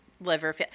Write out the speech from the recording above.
liver